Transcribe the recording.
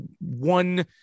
one